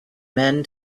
men